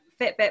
Fitbit